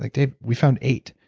like dave, we found eight.